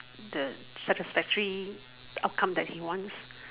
the such a factory outcome that he wants